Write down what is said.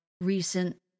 recent